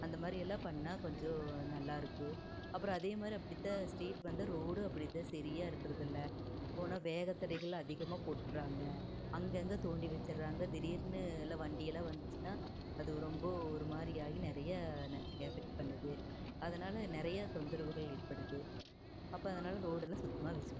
அந்தமாதிரி எல்லாம் பண்ணிணா கொஞ்சம் நல்லா இருக்கும் அப்புறம் அதேமாதிரி அப்படித்தான் ஸ்ட்ரீட் வந்து ரோடு அப்படித்தான் சரியாக இருக்கிறது இல்லை போனால் வேகத்தடைகள் அதிகமாக போட்டுட்றாங்க அங்கங்கே தோண்டி வச்சிடுறாங்க திடீர்ன்னு இல்லை வண்டி எல்லாம் வந்துச்சுன்னா அது ரொம்ப ஒரு மாதிரி ஆகி நிறையா நெகட் பண்ணுது அதனால நிறையா தொந்தரவுகள் ஏற்படுது அப்போ அதனால ரோடெல்லாம் சுத்தமாக வைச்சிக்கணும்